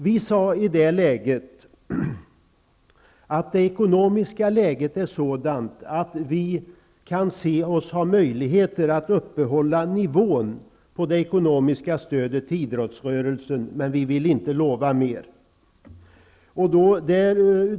Vi sade vid det tillfället att det ekonomiska läget var sådant att vi kunde se oss ha möjligheter att upprätthålla nivån på det ekonomiska stödet till idrottsrörelsen, men vi ville inte lova mer.